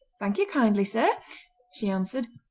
thank you kindly, sir she answered,